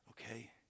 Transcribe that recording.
okay